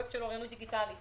פרויקט של אוריינות דיגיטלית